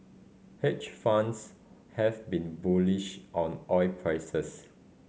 hedge funds have been bullish on oil prices